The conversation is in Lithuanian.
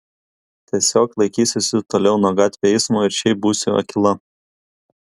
tiesiog laikysiuosi toliau nuo gatvių eismo ir šiaip būsiu akyla